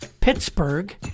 Pittsburgh